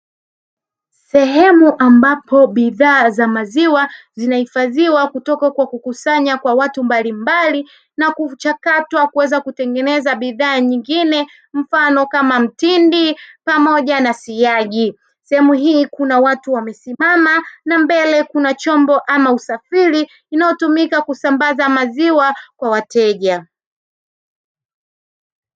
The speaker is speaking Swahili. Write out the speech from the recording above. Sehemu ambapo bidhaa za maziwa zinahifadhiwa kutoka kwa kukusanya kwa watu mbalimbali na kuchakatwa kuweza kutengeneza bidhaa nyingine mfano kama; mtindi pamoja na siagi. Sehemu hii kuna watu wamesimama na mbele kuna chombo ama usafiri, inayotumika kusambaza maziwa kwa wateja.